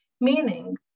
meaning